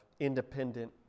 independent